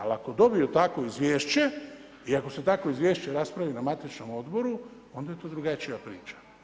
Ako dobiju takvo izvješće i ako se takvo izvješće raspravi na matičnom odboru, onda je to drugačija priča.